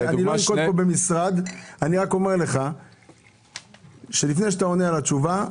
אני לא אנקוב בשם של משרד אלא אומר לך שלפני שאתה עונה את התשובה,